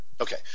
Okay